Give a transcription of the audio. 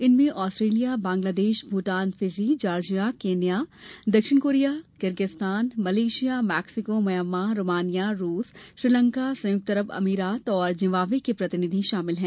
इनमें Australia Bangladesh Bhutan Fiji Georgia Kenya दक्षिण Korea Kyrgyzstan Malaysia Mexico Myanmar Romania रूस श्रीलंका संयुक्त अरब अमारात और जिम्बाब्वे के प्रतिनिधि शामिल हैं